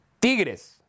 Tigres